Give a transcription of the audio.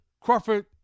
Crawford